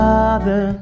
Father